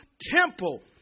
temple